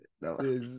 No